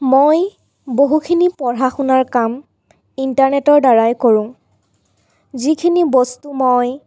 মই বহুখিনি পঢ়া শুনাৰ কাম ইণ্টাৰনেটৰদ্বাৰাই কৰোঁ যিখিনি বস্তু মই